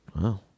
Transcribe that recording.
Wow